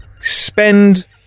spend